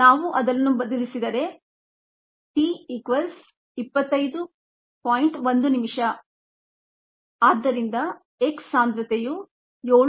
ನಾವು ಅದನ್ನು ಬದಲಿಸಿದರೆ ಆದ್ದರಿಂದ X ಸಾಂದ್ರತೆಯು 7